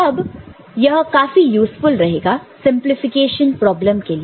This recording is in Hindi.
अब यह काफी यूज़फुल रहेगा सिंपलीफिकेशन प्रॉब्लम के लिए